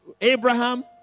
Abraham